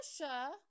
Russia